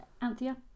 Anthea